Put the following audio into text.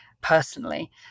personally